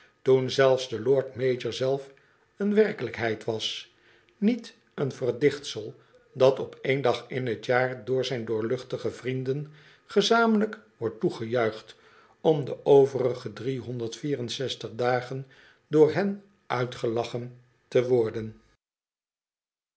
toen zelfs de lord-mayor zelf een werkelijkheid was niet een verdichtsel dat op één dag in t jaar door zijn doorluchtige vrienden gezamenlijk wordt toegejuicht om de overige driehonderd vier en zestig dagen door hen uitgelachen te worden